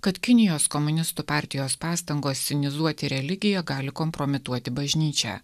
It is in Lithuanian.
kad kinijos komunistų partijos pastangos sinizuoti religiją gali kompromituoti bažnyčią